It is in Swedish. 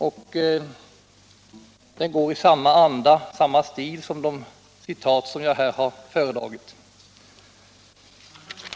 Den går i samma anda och samma stil som de citat jag här har föredragit.